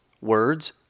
words